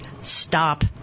Stop